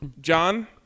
John